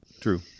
True